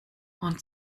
und